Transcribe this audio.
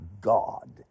God